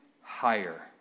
higher